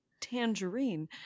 Tangerine